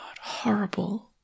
horrible